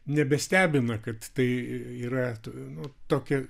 nebestebina kad tai yra nu tokia